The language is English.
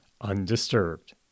undisturbed